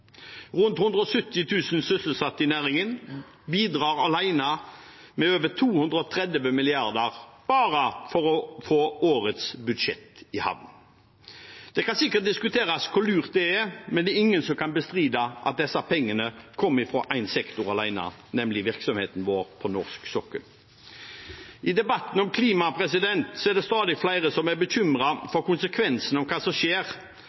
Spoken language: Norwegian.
Rundt 170 000 sysselsatte i næringen bidrar alene med over 230 mrd. kr bare for å få årets budsjett i havn. Hvor lurt det er, kan sikkert diskuteres, men ingen kan bestride at disse pengene kommer fra én sektor alene, nemlig virksomheten vår på norsk sokkel. I debatten om klima er stadig flere bekymret for konsekvensene av hva som skjer